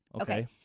Okay